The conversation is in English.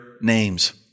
names